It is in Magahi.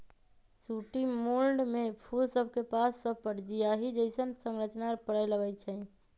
सूटी मोल्ड में फूल सभके पात सभपर सियाहि जइसन्न संरचना परै लगैए छइ